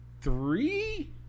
three